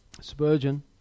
Spurgeon